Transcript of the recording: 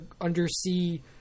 undersea